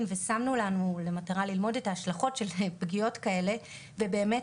ושמנו לנו למטרה ללמוד את ההשלכות של פגיעות כאלה ובאמת,